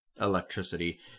electricity